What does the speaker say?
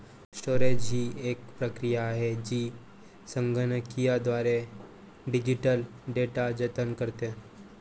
storage ही एक प्रक्रिया आहे जी संगणकीयद्वारे डिजिटल डेटा जतन करते